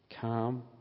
calm